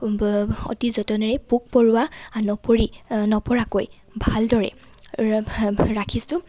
অতি যতনেৰে পোক পৰুৱা নপৰি নপৰাকৈ ভালদৰে ৰাখিছোঁ